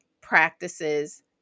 practices